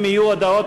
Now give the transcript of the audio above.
אם יהיו הודעות